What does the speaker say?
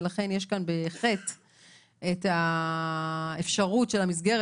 ולכן יש כאן בתקנת משנה (ח) את האפשרות של המסגרת